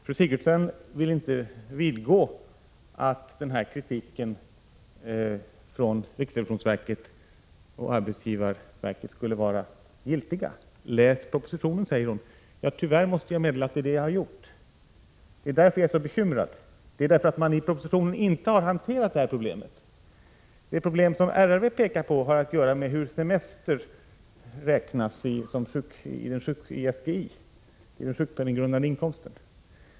Fru Sigurdsen vill inte vidgå att den kritiken från riksrevisionsverket och arbetsgivarverket skulle vara riktig. Läs propositionen, säger hon. Ja, tyvärr måste jag meddela att det är det jag har gjort. Det är därför jag är så bekymrad. Man har i propositionen inte försökt lösa problemen. Det problem som RRV pekar på har att göra med hur semester räknas i SGI, den sjukpenninggrundande inkomsten.